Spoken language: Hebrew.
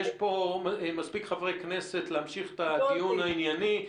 יש פה מספיק חברי כנסת להמשיך את הדיון הענייני.